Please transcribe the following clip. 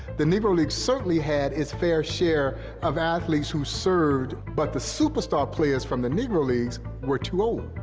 the negro leagues certainly had its fair share of athletes who served, but the superstar players from the negro leagues were too old,